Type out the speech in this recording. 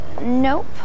Nope